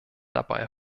dabei